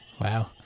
Wow